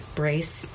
brace